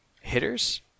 hitters